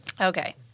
Okay